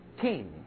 king